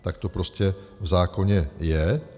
Tak to prostě v zákoně je.